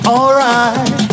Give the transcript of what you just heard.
Alright